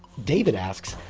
david asks,